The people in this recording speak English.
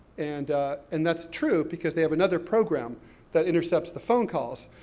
and and that's true, because they have another program that intercepts the phone calls,